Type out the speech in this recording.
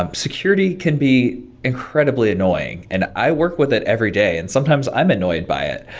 um security can be incredibly annoying and i work with it every day and sometimes i'm annoyed by it.